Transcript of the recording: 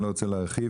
אני לא רוצה להרחיב,